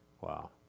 Wow